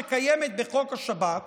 שקיימת בחוק השב"כ,